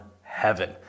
heaven